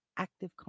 active